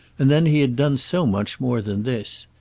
and then he had done so much more than this!